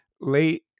late